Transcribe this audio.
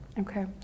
Okay